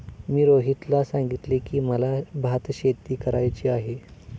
मी रोहितला सांगितले की, मला भातशेती करायची आहे